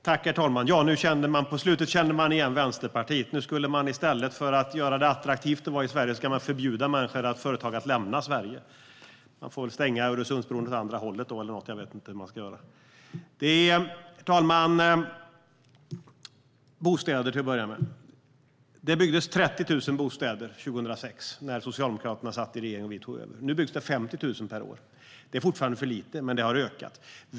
Herr talman! Nu på slutet kände man igen Vänsterpartiet. I stället för att göra det attraktivt att vara i Sverige ska man förbjuda människor och företag att lämna Sverige. Man får väl stänga Öresundsbron åt andra hållet, eller något. Jag vet inte hur man ska göra. Herr talman! Det byggdes 30 000 bostäder 2006 när Socialdemokraterna satt i regering. Nu byggs det 50 000 per år. Det är fortfarande för lite, men det har ökat.